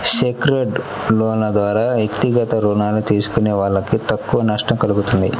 secured లోన్ల ద్వారా వ్యక్తిగత రుణాలు తీసుకునే వాళ్ళకు తక్కువ నష్టం కల్గుతుంది